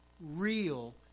real